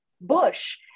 bush